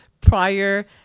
prior